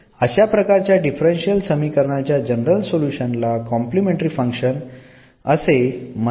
अशा प्रकारच्या डिफरन्शियल समीकरण च्या जनरल सोल्युशनला कॉम्प्लिमेंटरी फंक्शन असे आपण म्हणत आहोत